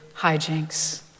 hijinks